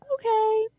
okay